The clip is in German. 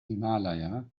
himalaya